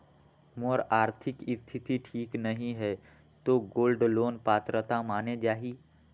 मोर आरथिक स्थिति ठीक नहीं है तो गोल्ड लोन पात्रता माने जाहि?